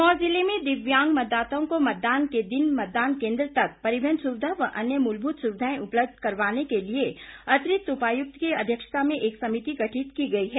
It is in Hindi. सिरमौर जिले में दिव्यांग मतदाताओं को मतदान के दिन मतदान केंद्र तक परिवहन सुविधा व अन्य मूलभूत सुविधाएं उपलब्ध करवाने के लिए अतिरिक्त उपायुक्त की अध्यक्षता में एक समिति गठित की गई है